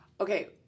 Okay